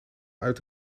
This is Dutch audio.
uit